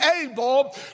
able